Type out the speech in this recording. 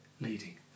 leading